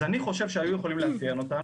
אני חושב שהיו יכולים לאפיין אותנו,